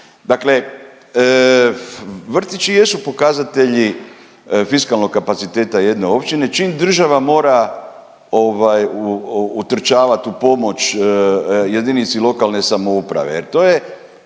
Dakle, vrtići jesu pokazatelji fiskalnog kapaciteta jedne općine. Čim država mora utrčavat u pomoć jedinici lokalne samouprave, jer to je